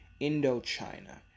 Indochina